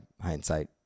hindsight